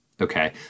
Okay